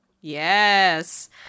Yes